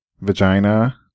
Vagina